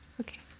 Okay